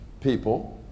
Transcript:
people